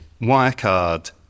Wirecard